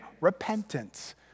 repentance